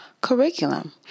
curriculum